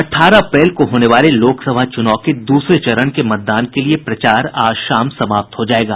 अठारह अप्रैल को होने वाले लोकसभा चुनाव के दूसरे चरण के मतदान के लिए प्रचार आज शाम समाप्त हो जायेगा